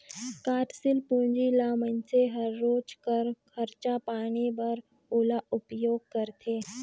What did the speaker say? कारसील पूंजी ल मइनसे हर रोज कर खरचा पानी बर ओला उपयोग करथे